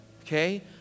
Okay